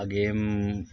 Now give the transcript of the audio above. ఆ గేమ్ను